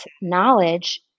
knowledge